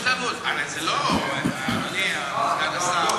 אדוני סגן השר,